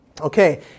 Okay